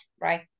right